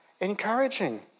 encouraging